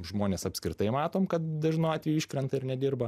žmones apskritai matom kad dažnu atveju iškrenta ir nedirba